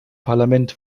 parlament